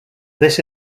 this